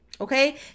okay